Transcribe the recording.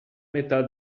metà